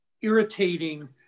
irritating